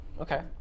Okay